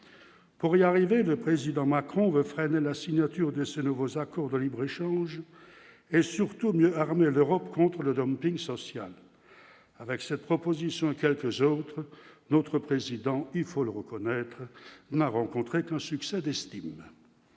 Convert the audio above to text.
pour y arriver, le président Macron veut freiner la signature de ce nouveaux accords de libre-échange et surtout mieux armé l'Europe contre le dumping social avec cette proposition, et quelques autres, notre président, il faut le reconnaître, n'a rencontré qu'un succès d'estime